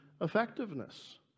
effectiveness